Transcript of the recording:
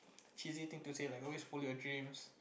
cheesy thing to say like always follow your dreams